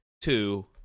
Two